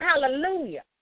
Hallelujah